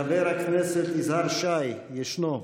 חבר הכנסת יזהר שי, ישנו.